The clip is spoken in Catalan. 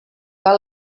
que